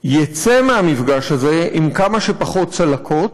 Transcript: יצא מהמפגש הזה עם כמה שפחות צלקות.